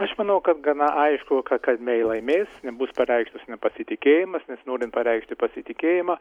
aš manau kad gana aišku kad mei laimės nebus pareikštas nepasitikėjimas nes norint pareikšti pasitikėjimą